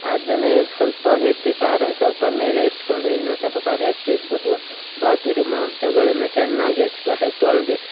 ಅದನ್ನೇ ಸ್ವಲ್ಪ ಎತ್ತಿ ಖಾರ ಸ್ವಲ್ಪ ಮೇಲೆ ಎತ್ಕೊಂಡು ಇನ್ನೂ ಸ್ವಲ್ಪ ಖಾರ ಎತ್ತಿಟ್ಬಿಟ್ಟು ಬಾಕಿದು ಮಾಂಸಗಳನ್ನು ಚೆನ್ನಾಗಿ ಅಚ್ಕಟ್ಟಾಗಿ ತೊಳ್ದು